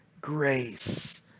grace